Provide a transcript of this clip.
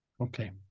Okay